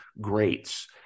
greats